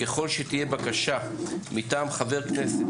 ככל שתהיה בקשה מטעם חבר כנסת,